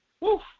Woof